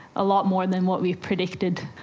a lot more than what we predicted.